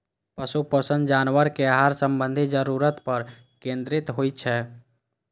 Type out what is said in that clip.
पशु पोषण जानवरक आहार संबंधी जरूरत पर केंद्रित होइ छै